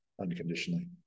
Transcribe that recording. unconditionally